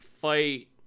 fight